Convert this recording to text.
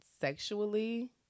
sexually